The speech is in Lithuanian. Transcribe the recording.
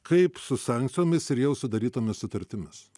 kaip su sankcijomis ir jau sudarytomis sutartimis